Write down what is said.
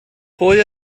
pwy